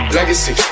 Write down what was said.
Legacy